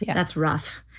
yeah that's rough.